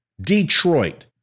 Detroit